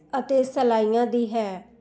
ਅਤੇ ਸਲਾਈਆਂ ਦੀ ਹੈ